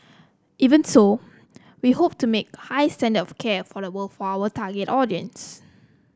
even so we hope to make high standard of care affordable for our target audience